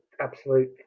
absolute